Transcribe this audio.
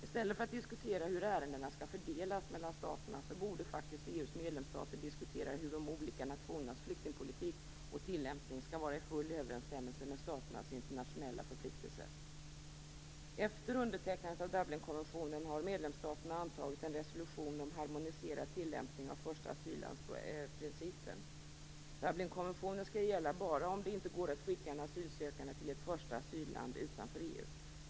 I stället för att diskutera hur ärendena skall fördelas mellan staterna borde faktiskt EU:s medlemsstater diskutera hur de olika nationernas flyktingpolitik och tillämpning skall bringas i full överensstämmelse med staternas internationella förpliktelser. Efter undertecknandet av Dublinkonventionen har medlemsstaterna antagit en resolution om harmoniserad tillämpning av första asyllands-principen. Dublinkonventionen skall gälla bara om det inte går att skicka en asylsökande till ett första asylland utanför EU.